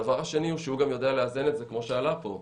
הדבר השני הוא שהוא יודע לאזן את זה כמו שעלה פה,